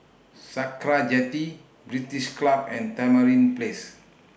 Sakra Jetty British Club and Tamarind Place